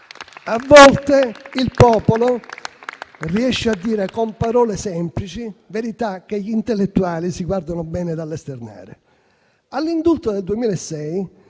A volte il popolo riesce a dire con parole semplici verità che gli intellettuali si guardano bene dall'esternare. All'indulto del 2006